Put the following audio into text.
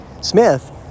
Smith